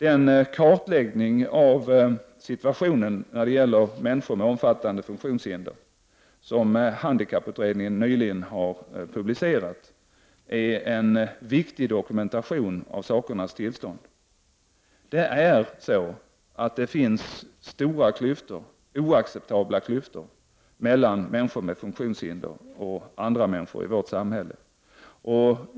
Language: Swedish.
Den kartläggning av situationen när det gäller människor med omfattande funktionshinder som handikapputredningen nyligen har publicerat är ett viktigt dokument om sakernas tillstånd. Det finns stora klyftor, oacceptabla sådana, mellan människor med funktionshinder och andra människor i vårt samhälle.